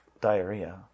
diarrhea